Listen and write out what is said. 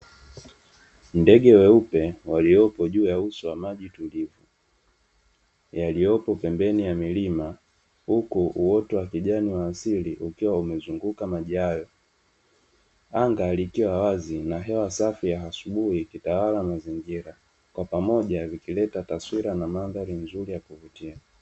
Ndege weupe waliopo juu ya uso wa maji tulivu, yaliyopo pembeni ya milima huku uoto wa kijani wa asili ukiwa umezunguka maji hayo. Anga likiwa wazi na hewa safi ya asubuhi ikitawala mazingira, kwa pamoja vikileta taswira na mandhari nzuri ya kuvutia.